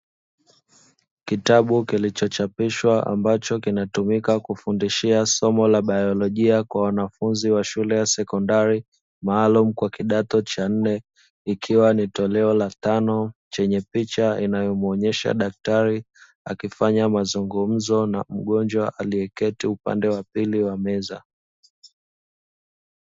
Kitabu kilichochapishwa ambacho kinatumika kufundishia somo la biolojia kwa wanafunzi wa shule ya sekondari maalumu kwa kidato cha nne ikiwa ni toleo la tano chenye picha inayomwonyesha daktari akifanya mazungumzo na mgonjwa aliyeketi upande wa pili wa meza.